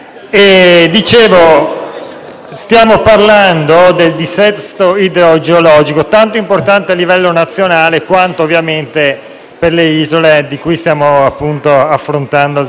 stiamo parlando del dissesto idrogeologico, un tema importante tanto al livello nazionale quanto, ovviamente, per le isole di cui stiamo discutendo questa mattina.